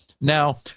Now